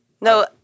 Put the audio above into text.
no